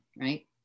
right